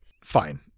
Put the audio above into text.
Fine